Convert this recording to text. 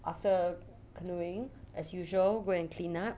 after canoeing as usual go and cleanup